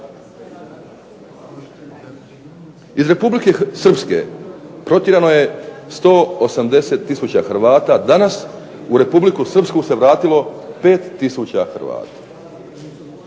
Iz Republike Srpske protjerano je 180 tisuća Hrvata, danas u Republiku Srpsku se vratilo 5 tisuća Hrvata.